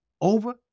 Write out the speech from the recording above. over